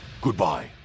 Goodbye